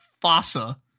fossa